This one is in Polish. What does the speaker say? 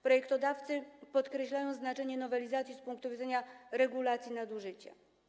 Projektodawcy podkreślają znaczenie nowelizacji z punktu widzenia regulacji nadużycia.